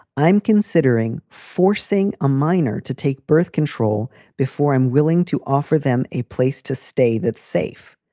i'm considering forcing a minor to take birth control before i'm willing to offer them a place to stay that's safe.